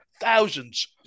Thousands